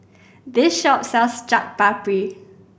this shop sells Chaat Papri